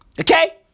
Okay